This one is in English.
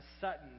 Sutton